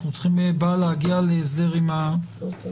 אנו צריכים בה להגיע להסדר עם הממשלה.